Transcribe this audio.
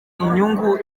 inyungu